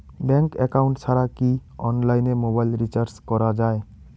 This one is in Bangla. ব্যাংক একাউন্ট ছাড়া কি অনলাইনে মোবাইল রিচার্জ করা যায়?